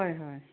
হয় হয়